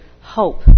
hope